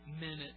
minute